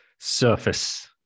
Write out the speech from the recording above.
Surface